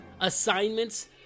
assignments